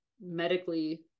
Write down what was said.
medically